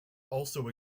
also